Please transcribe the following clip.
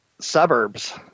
suburbs